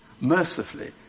mercifully